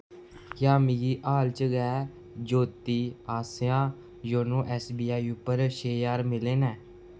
क्या मिगी हाल च गै ज्योती आसेआ योनो ऐस्स बी आई उप्पर छे ज्हार मिले न